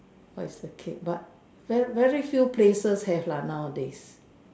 bicycle but very few places are head ah oldies